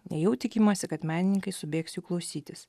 nejau tikimasi kad menininkai subėgs jų klausytis